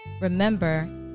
Remember